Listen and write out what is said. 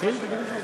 נתחיל או מה?